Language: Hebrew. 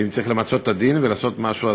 ואם צריך למצות את הדין ולעשות משהו,